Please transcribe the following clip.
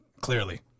Clearly